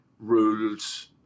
rules